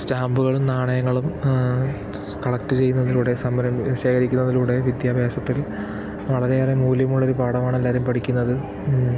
സ്റ്റാമ്പുകളും നാണയങ്ങളും കളെക്ട് ചെയ്യുന്നതിലൂടെ സംഭരി ശേഖരിക്കുന്നതിലൂടെയും വിദ്യാഭ്യാസത്തിൽ വളരെയേറെ മൂല്യമുള്ള ഒരു പാഠമാണ് എല്ലാവരും പഠിക്കുന്നത്